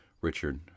Richard